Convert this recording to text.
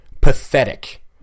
Pathetic